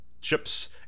ships